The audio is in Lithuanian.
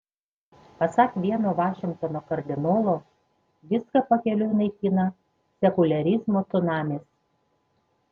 pasak vieno vašingtono kardinolo viską pakeliui naikina sekuliarizmo cunamis